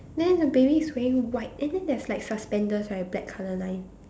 then the baby is wearing white and then there's like suspenders right black colour line